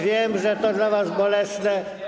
Wiem, że to dla was bolesne.